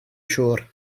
siŵr